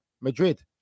Madrid